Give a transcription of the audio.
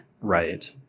Right